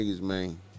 man